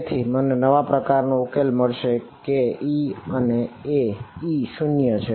તેથી મને કેવા પ્રકારનો ઉકેલ મળશે કે E એ E શૂન્ય છે